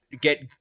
get